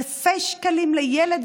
אלפי שקלים לילד,